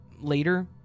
Later